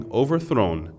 overthrown